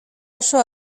oso